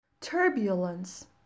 Turbulence